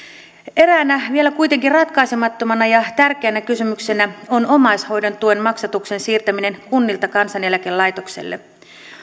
eräänä kuitenkin vielä ratkaisemattomana ja tärkeänä kysymyksenä on omaishoidon tuen maksatuksen siirtäminen kunnilta kansaneläkelaitokselle